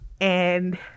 and-